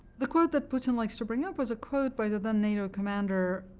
the quote that putin likes to bring up was a quote by the then-nato commander